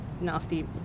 nasty